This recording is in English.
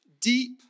deep